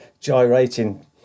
gyrating